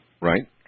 Right